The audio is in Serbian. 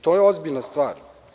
To je ozbiljna stvar.